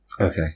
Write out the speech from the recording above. Okay